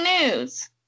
news